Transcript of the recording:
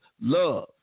love